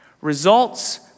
Results